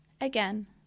again